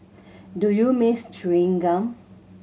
do you miss chewing gum